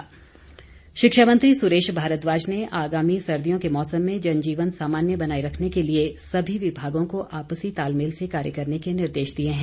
सुरेश भारद्वाज शिक्षा मंत्री सुरेश भारद्वाज ने आगामी सर्दियों के मौसम में जनजीवन सामान्य बनाए रखने के लिए सभी विभागों को आपसी तालमेल से कार्य करने के निर्देश दिए हैं